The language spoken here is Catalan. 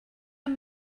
amb